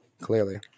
clearly